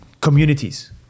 Communities